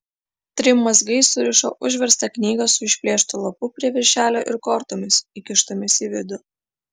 trim mazgais suriša užverstą knygą su išplėštu lapu prie viršelio ir kortomis įkištomis į vidų